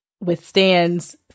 withstands